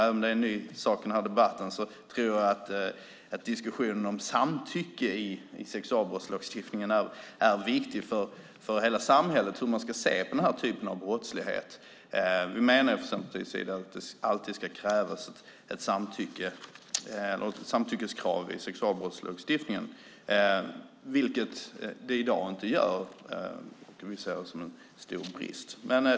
Även om det är en ny sak i den här debatten tror jag att diskussionen om samtycke i sexualbrottslagstiftningen är viktig för hela samhällets syn på den här typen av brottslighet. Vi menar från Centerpartiets sida att det ska finnas ett samtyckeskrav i sexualbrottslagstiftningen, vilket det i dag inte gör. Det ser vi som en stor brist.